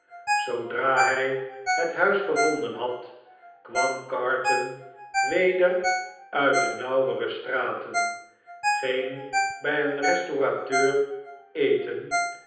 zoodra hjj het huis gevonden had kwam carton weder uit de nauwere straten ging bij een restaurateur eten